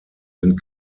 sind